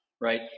right